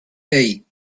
hey